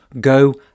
go